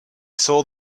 saw